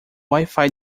wifi